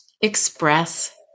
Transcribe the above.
express